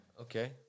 Okay